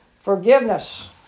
forgiveness